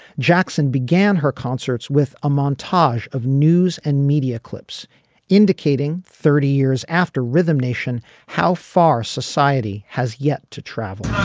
jackson began her concerts with a montage of news and media clips indicating thirty years after rhythm nation how far society has yet to travel.